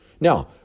Now